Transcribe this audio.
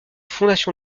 fondation